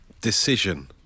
Decision